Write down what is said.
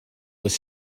was